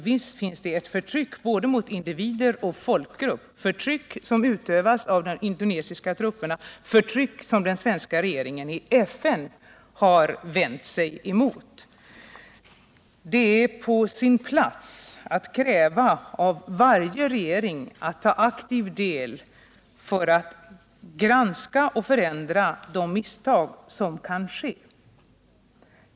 Visst finns det ett förtryck, både mot individer och mot folkgrupp. Förtrycket utövas av de indonesiska trupperna, och den svenska regeringen har i FN vänt sig emot detta. Det är på sin plats att kräva av varje regering att den aktivt granskar och rättar till de misstag som skett.